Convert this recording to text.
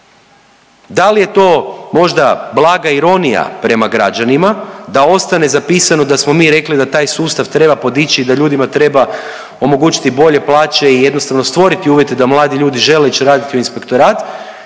Da li je to možda blaga ironija prema građanima da ostane zapisano da smo mi rekli da taj sustav treba podići i da ljudima treba omogućiti bolje plaće i jednostavno stvoriti uvjete da mladi ljudi žele ići raditi u inspektorat